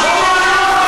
זה הסיפור שלך.